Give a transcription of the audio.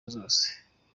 zose